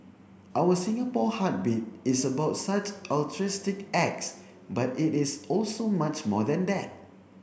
our Singapore Heartbeat is about such altruistic acts but it is also much more than that